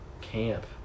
camp